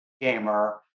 gamer